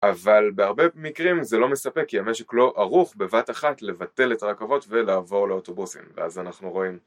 אבל בהרבה מקרים זה לא מספק כי המשק לא ערוך בבת אחת לבטל את הרכבות ולעבור לאוטובוסים ואז אנחנו רואים